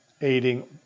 aiding